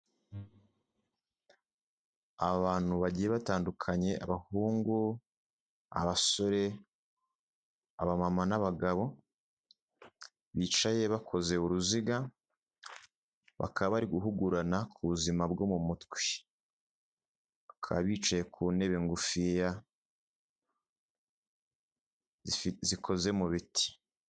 Abantu bagiye batandukanye abahungu abasore, aba mama, n'abagabo bicaye bakoze uruziga bakaba bari guhugurana ku buzima bwo mu mutwe bakaba bicaye ku ntebe ngufiya zikoze mu biti.